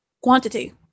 quantity